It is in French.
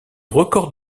records